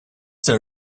there